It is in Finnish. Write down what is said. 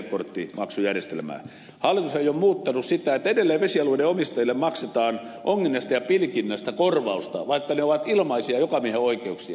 hallitus ei ole muuttanut sitä että edelleen vesialueiden omistajille maksetaan onginnasta ja pilkinnästä korvausta vaikka ne ovat ilmaisia jokamiehenoikeuksia